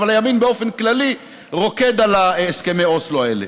אבל הימין באופן כללי רוקד על הסכמי אוסלו האלה.